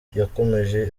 yakomeje